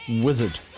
wizard